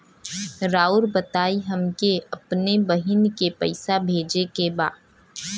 राउर बताई हमके अपने बहिन के पैसा भेजे के बा?